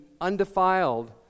undefiled